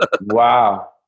Wow